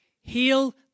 Heal